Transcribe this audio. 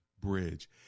bridge